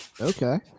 Okay